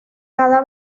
cada